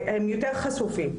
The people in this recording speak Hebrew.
הם יותר חשופים.